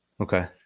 Okay